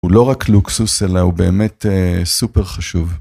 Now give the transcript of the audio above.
הוא לא רק לוקסוס אלא הוא באמת סופר חשוב.